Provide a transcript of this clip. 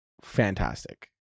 fantastic